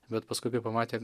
bet paskui kai pamatė